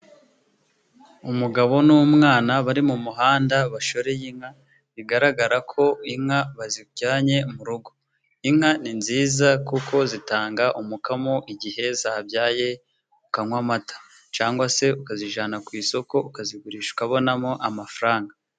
Umugabo n'umwana bari mu muhanda bashoreye, inka bigaragara ko inka bazijyanye mu rugo. Inka ni nziza kuko zitanga umukamo igihe zahabyaye ukanywa amata cyangwa se ukazijyana ku isoko, ukazigurisha ukabonamo amafaranga.